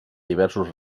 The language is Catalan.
diversos